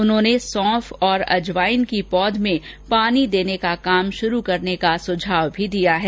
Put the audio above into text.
उन्होंने सौंफ और अजवाइन की पौध में पानी देने का काम शुरू करने की सलाह दी है